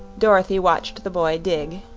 dorothy watched the boy dig.